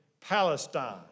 Palestine